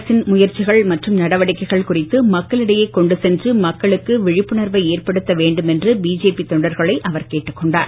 அரசின் முயற்சிகள் மற்றும் நடவடிக்கைகள் குறித்து மக்களிடையே கொண்டு சென்று மக்களுக்கு விழிப்புணர்வை ஏற்படுத்த வேண்டும் என்று பிஜேபி தொண்டர்களை அவர் கேட்டுக் கொண்டார்